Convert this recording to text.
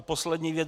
Poslední věc.